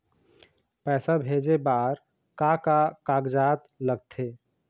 पैसा भेजे बार का का कागजात लगथे?